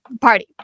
party